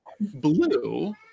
blue